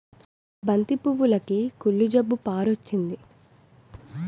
బంతి పువ్వులుకి కుళ్ళు జబ్బు పారొచ్చింది